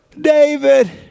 David